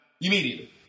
Immediately